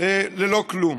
ללא כלום.